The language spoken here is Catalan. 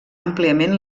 àmpliament